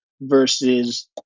versus